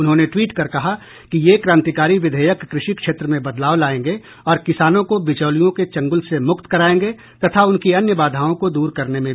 उन्होंने ट्वीट कर कहा कि ये क्रांतिकारी विधेयक कृषि क्षेत्र में बदलाव लाएंगे और किसानों को बिचौलियों के चंगुल से मुक्त कराएंगे तथा उनकी अन्य बाधाओं को दूर करने में भी सहायक होंगे